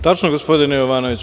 Tačno, gospodine Jovanoviću.